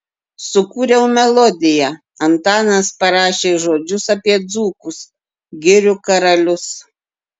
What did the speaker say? sukūriau melodiją antanas parašė žodžius apie dzūkus girių karalius